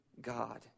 God